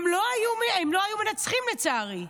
הם לא היו מנצחים, לצערי.